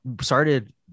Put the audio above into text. started